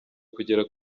kugera